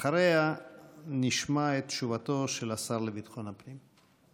אחריה נשמע את תשובתו של השר לביטחון הפנים.